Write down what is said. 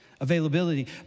availability